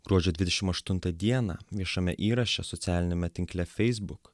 gruodžio dvidešim aštuntą dieną viešame įraše socialiniame tinkle facebook